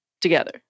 together